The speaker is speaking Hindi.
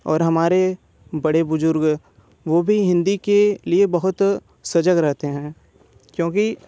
और हमारे बड़े बुज़ुर्ग वो भी हिन्दी के लिए बहुत सजग रहते हैं क्योंकि